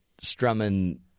strumming